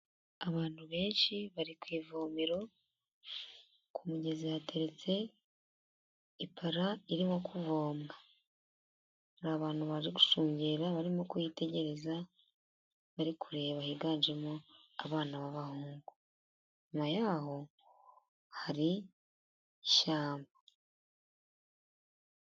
Abantu benshi bari ku ivomero, ku mugezi yateretse ipara irimo kuvomwa. Hari abantu bari gushungera, barimo kuwitegereza, bari kureba. Higanjemo abana b'abahungu. Inyuma y'aho hari ishyamba.